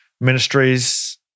ministries